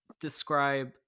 describe